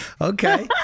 okay